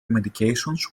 medications